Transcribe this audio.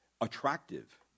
attractive